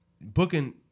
Booking